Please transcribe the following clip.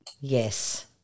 Yes